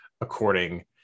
according